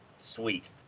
sweet